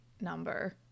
number